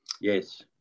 Yes